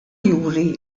juri